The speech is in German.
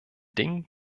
ding